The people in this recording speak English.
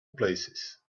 places